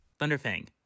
Thunderfang